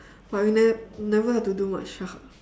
but we never never have to do much ah